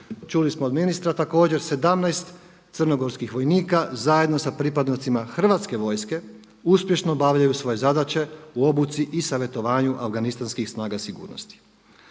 Čuli smo od ministra također 17 crnogorskih vojnika zajedno sa pripadnicima hrvatske vojske uspješno obavljaju svoje zadaće u obuci i savjetovanju afganistanskih snaga sigurnosti.